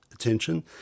attention